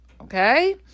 okay